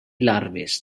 larves